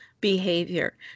behavior